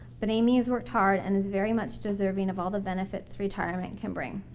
but amy's worked hard and is very much deserving of all the benefits retirement can bring.